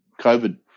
COVID